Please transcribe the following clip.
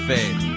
Faith